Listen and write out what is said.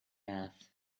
earth